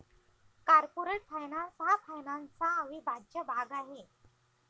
corporate finance हा फायनान्सचा अविभाज्य भाग आहे